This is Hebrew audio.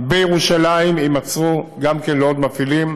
בירושלים יימסרו לעוד מפעילים